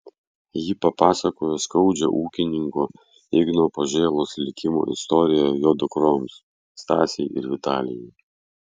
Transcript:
ji papasakojo skaudžią ūkininko igno požėlos likimo istoriją jo dukroms stasei ir vitalijai